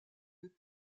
des